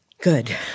Good